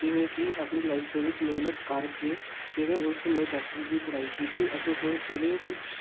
ਜਿਵੇਂ ਕਿ ਆਪਣੀ ਲਾਈਫ ਦੇ ਵਿੱਚ ਮਿਹਨਤ ਕਰਕੇ ਕਿਵੇਂ ਉਸ ਨੇ ਡਾਕਟਰੀ ਦੀ ਪੜ੍ਹਾਈ ਕੀਤੀ ਅਤੇ ਹੁਣ ਕਿਵੇਂ ਹੀ